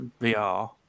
VR